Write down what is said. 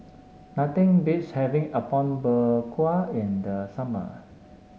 nothing beats having Apom Berkuah in the summer